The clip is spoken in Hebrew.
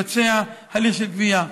לבצע הליך של גבייה.